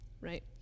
Right